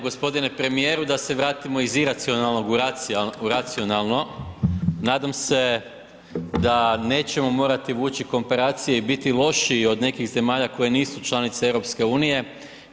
G. premijeru, da se vratimo iz iracionalnog u racionalno, nadam se da nećemo morati vući komparacije i biti lošiji od nekih zemalja koje nisu članice EU-a.